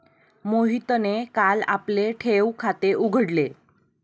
मोहितने काल आपले ठेव खाते उघडले